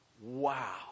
Wow